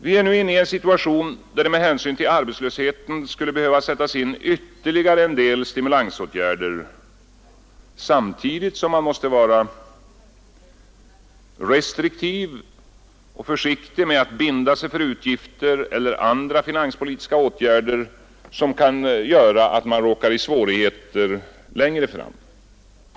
Vi är nu inne i en situation, där det med hänsyn till arbetslösheten skulle behöva sättas in ytterligare en del stimulansåtgärder samtidigt som man måste vara restriktiv med att binda sig för utgifter eller andra finanspolitiska åtgärder, som kan göra att man råkar i svårigheter längre fram.